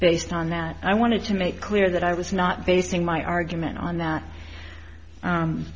based on that i wanted to make clear that i was not basing my argument on that